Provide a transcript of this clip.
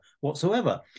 whatsoever